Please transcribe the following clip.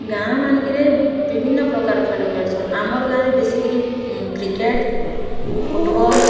ଗାଁ ମାନଙ୍କରେ ବିଭିନ୍ନ ପ୍ରକାର ଖେଳ ଖେଳସନ୍ ଆମର ଗାଁରେ ବେଶୀ କରି କ୍ରିକେଟ ଫୁଟବଲ